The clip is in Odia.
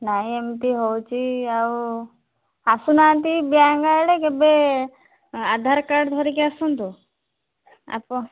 ନାହିଁ ଏମିତି ହେଉଛି ଆଉ ଆସୁନାହାନ୍ତି ବ୍ୟାଙ୍କ ଆଡ଼େ କେବେ ଆଧାର କାର୍ଡ଼ ଧରିକି ଆସନ୍ତୁ ଆପ